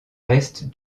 restes